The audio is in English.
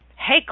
hey